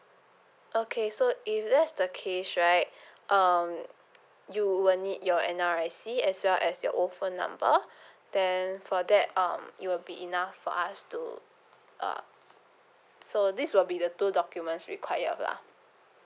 okay so if that's the case right um you will need your N_R_I_C as well as your old phone number then for that um it will be enough for us to uh so this will be the two documents required lah